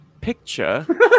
picture